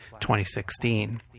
2016